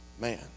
Man